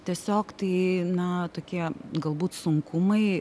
tiesiog tai na tokie galbūt sunkumai